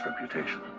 reputation